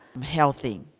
healthy